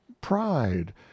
pride